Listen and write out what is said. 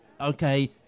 okay